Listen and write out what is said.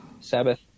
Sabbath